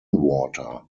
water